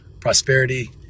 prosperity